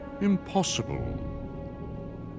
Impossible